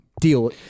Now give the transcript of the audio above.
deal